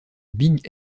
big